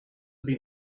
been